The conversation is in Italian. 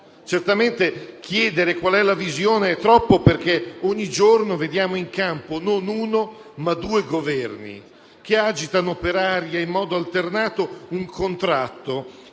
è troppo chiedere qual è la visione, perché ogni giorno vediamo in campo non uno, ma due Governi, che agitano per aria in modo alternato un contratto,